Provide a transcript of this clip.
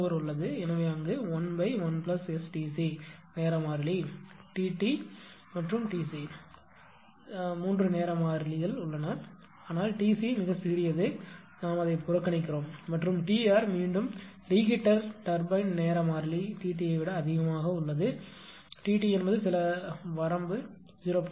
எனவே அங்கு 11STc நேர மாறிலி Tt Tr மற்றும் Tc 3 நேர மாறிலி ஆனால் T c மிகச் சிறியது நாம் அதை புறக்கணிக்கிறோம் மற்றும் T r மீண்டும் ரிகீட்டர் டர்பைன்நேர மாறிலி T t ஐ விட அதிகமாக உள்ளது T t என்பது சில வரம்பு 0